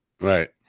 Right